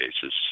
cases